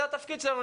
זה התפקיד שלנו.